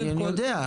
אני יודע.